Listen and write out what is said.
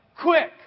quick